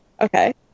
okay